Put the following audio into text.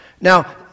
Now